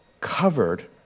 covered